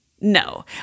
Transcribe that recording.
No